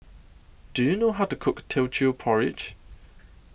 Do YOU know How to Cook Teochew Porridge